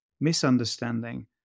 misunderstanding